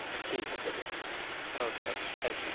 ٹھیک ہے چلیے اوکے اوکے تھینک یو